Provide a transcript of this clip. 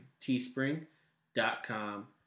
teespring.com